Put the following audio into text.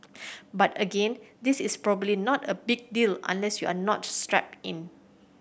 but again this is probably not a big deal unless you are not strapped in